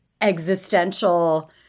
existential